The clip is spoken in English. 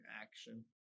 action